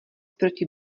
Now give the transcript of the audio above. proti